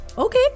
Okay